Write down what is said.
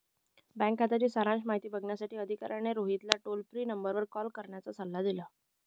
bank खात्याची सारांश माहिती बघण्यासाठी अधिकाऱ्याने रोहितला टोल फ्री नंबरवर कॉल करण्याचा सल्ला दिला